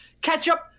Ketchup